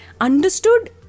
understood